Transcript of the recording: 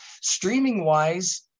Streaming-wise